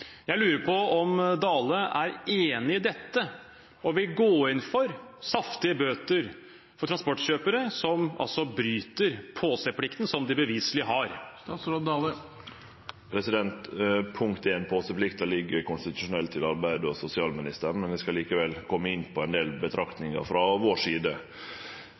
Jeg lurer på om statsråd Dale er enig i dette og vil gå inn for saftige bøter for transportkjøpere som altså bryter påseplikten som de beviselig har? Påseplikta ligg konstitusjonelt til arbeids- og sosialministeren, men eg skal likevel kome inn på ein del betraktningar frå vår side.